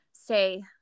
say